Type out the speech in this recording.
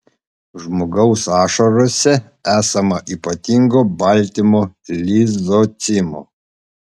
žmogaus ašarose esama ypatingo baltymo lizocimo